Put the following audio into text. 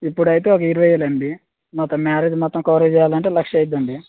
ఇప్పుడు అయితే ఒక ఇరవై వేలు అండి మొత్తం మ్యారేజ్ మొత్తం కవర్ చేయాలంటే లక్ష అయిద్ధి అండి